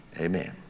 Amen